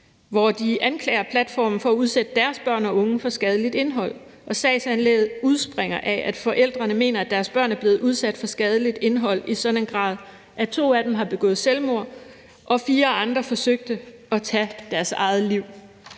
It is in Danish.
hvor de anklager platformen for at udsætte deres børn og unge for skadeligt indhold, og sagsanlægget udspringer af, at forældrene mener, at deres børn er blevet udsat for skadeligt indhold i en sådan grad, at to af dem har begået selvmord, og fire andre forsøgte at tage deres eget liv.